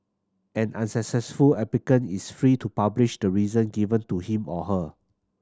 an unsuccessful applicant is free to publish the reason given to him or her